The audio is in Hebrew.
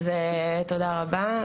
תודה רבה,